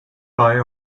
buy